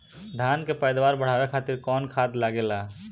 धान के पैदावार बढ़ावे खातिर कौन खाद लागेला?